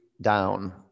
down